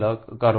લ કરો